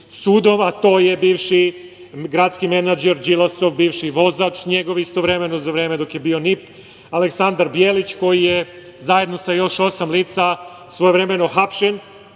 sudom, a to je bivši gradski menadžer Đilasov, bivši vozač njegov istovremeno za vreme dok je bio NIP, Aleksandar Bijelić, koji je zajedno sa još osam lica svojevremeno hapšen